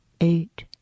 eight